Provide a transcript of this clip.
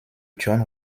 john